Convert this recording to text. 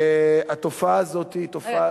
התופעה הזאת היא תופעה,